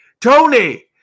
Tony